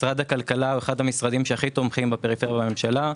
משרד הכלכלה הוא אחד המשרדים שהכי תומכים בפריפריה בממשלה.